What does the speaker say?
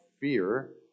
fear